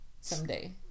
someday